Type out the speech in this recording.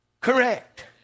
Correct